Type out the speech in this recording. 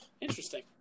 Interesting